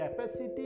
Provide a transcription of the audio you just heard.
capacity